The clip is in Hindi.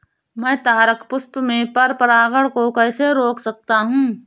मैं तारक पुष्प में पर परागण को कैसे रोक सकता हूँ?